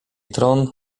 tron